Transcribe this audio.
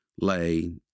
lay